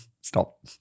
Stop